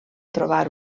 trobar